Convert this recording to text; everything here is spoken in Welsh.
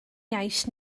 iaith